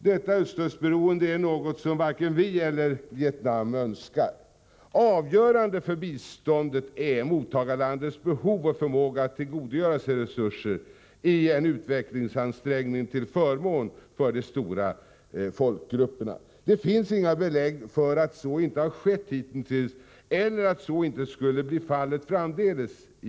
Detta öststatsberoende är något som varken vi eller Vietnam önskar. Avgörande för biståndet är mottagarlandets behov — och att det visar förmåga att tillgodogöra sig resurser i en utvecklingsansträngning till förmån för de stora folkgrupperna. Det finns inga belägg för att så inte har skett hittills i Vietnam eller att så inte skulle bli fallet framdeles.